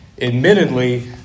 Admittedly